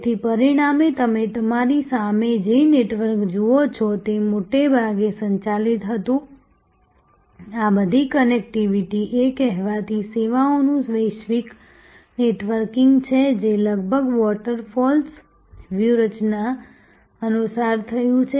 તેથી પરિણામે તમે તમારી સામે જે નેટવર્ક જુઓ છો તે મોટે ભાગે સંચાલિત હતું આ બધી કનેક્ટિવિટી એ કહેવાતી સેવાઓનું વૈશ્વિક નેટવર્કિંગ છે જે લગભગ વોટરફોલ્સ વ્યૂહરચના અનુસાર થયું છે